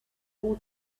all